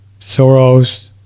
Soros